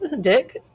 Dick